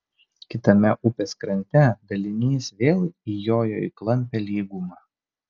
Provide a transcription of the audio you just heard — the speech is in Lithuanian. kitame upės krante dalinys vėl įjojo į klampią lygumą